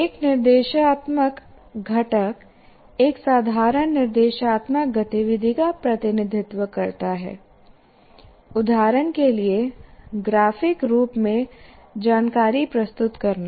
एक निर्देशात्मक घटक एक साधारण निर्देशात्मक गतिविधि का प्रतिनिधित्व करता है उदाहरण के लिए ग्राफिक रूप में जानकारी प्रस्तुत करना